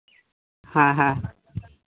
ᱦᱮᱸ ᱦᱮᱸ